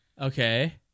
Okay